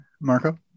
marco